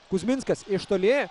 kuzminskas iš toli